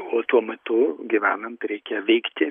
o tuo metu gyvenant reikia veikti